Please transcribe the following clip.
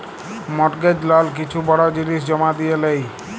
mortgage লল কিছু বড় জিলিস জমা দিঁয়ে লেই